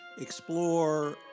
explore